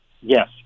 Yes